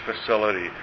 facility